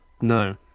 No